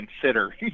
consider